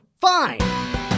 Fine